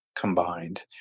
combined